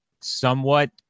somewhat